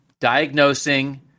diagnosing